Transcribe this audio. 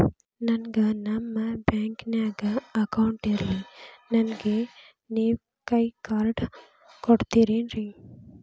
ನನ್ಗ ನಮ್ ಬ್ಯಾಂಕಿನ್ಯಾಗ ಅಕೌಂಟ್ ಇಲ್ರಿ, ನನ್ಗೆ ನೇವ್ ಕೈಯ ಕಾರ್ಡ್ ಕೊಡ್ತಿರೇನ್ರಿ?